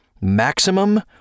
Maximum